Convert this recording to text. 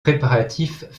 préparatifs